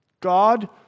God